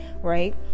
Right